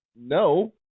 No